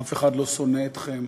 אף אחד לא שונא אתכם.